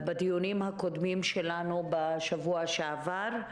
בדיונים הקודמים שלנו בשבוע שעבר.